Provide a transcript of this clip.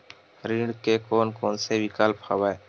ऋण के कोन कोन से विकल्प हवय?